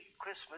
christmas